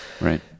Right